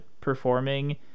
performing